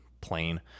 plain